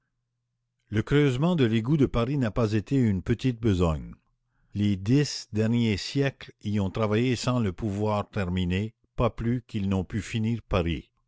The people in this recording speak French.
le creusement de l'égout de paris n'a pas été une petite besogne les dix derniers siècles y ont travaillé sans le pouvoir terminer pas plus qu'ils n'ont pu finir paris